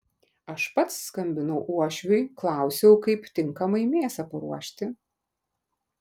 aš pats skambinau uošviui klausiau kaip tinkamai mėsą paruošti